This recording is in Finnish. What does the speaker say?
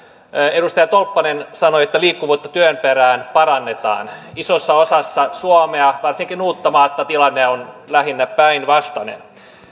edustaja tolppanen sanoi että liikkuvuutta työn perään parannetaan isossa osassa suomea varsinkin uuttamaata tilanne on lähinnä päinvastainen